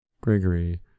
Gregory